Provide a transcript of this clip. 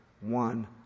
one